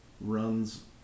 runs